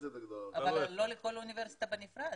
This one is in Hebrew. אבל לא לכל אוניברסיטה בנפרד.